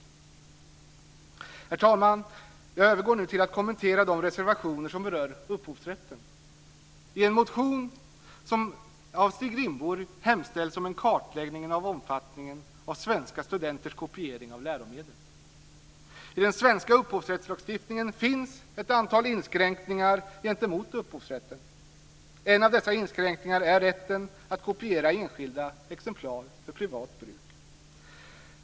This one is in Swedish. Herr talman! Jag övergår nu till att kommentera de reservationer som berör upphovsrätten. I en motion av Stig Rindborg hemställs om en kartläggning av omfattningen av svenska studenters kopiering av läromedel. I den svenska upphovsrättslagstiftningen finns ett antal inskränkningar gentemot upphovsrätten. En av dessa inskränkningar är rätten att kopiera enskilda exemplar för privat bruk.